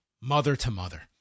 mother-to-mother